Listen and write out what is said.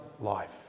life